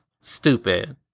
stupid